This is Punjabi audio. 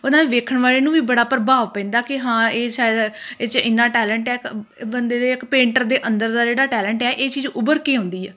ਉਹਦੇ ਨਾਲ ਦੇਖਣ ਵਾਲੇ ਨੂੰ ਵੀ ਬੜਾ ਪ੍ਰਭਾਵ ਪੈਂਦਾ ਕਿ ਹਾਂ ਇਹ ਸ਼ਾਇਦ ਇਹ 'ਚ ਇੰਨਾਂ ਟੈਲੈਂਟ ਹੈ ਬੰਦੇ ਦੇ ਇੱਕ ਪੇਂਟਰ ਦੇ ਅੰਦਰ ਦਾ ਜਿਹੜਾ ਟੈਲੈਂਟ ਆ ਇਹ ਚੀਜ਼ ਉਭਰ ਕੇ ਆਉਂਦੀ ਆ